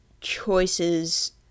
choices